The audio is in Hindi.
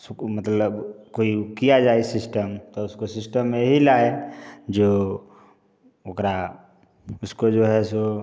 सुकू मतलब कोई किया जाए सिस्टम तो उसको सिस्टम में ही लाए जो ओकरा उसको जो है सो